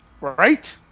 right